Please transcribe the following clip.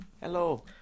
Hello